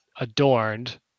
adorned